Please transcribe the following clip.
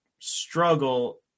struggle